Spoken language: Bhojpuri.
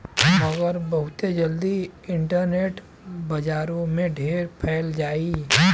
मगर बहुते जल्दी इन्टरनेट बजारो से ढेर फैल जाई